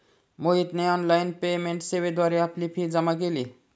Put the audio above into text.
मोहितने online payment सेवेद्वारे आपली फी जमा केली